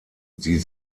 sie